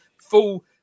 full